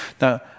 Now